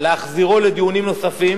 להחזירו לדיונים נוספים,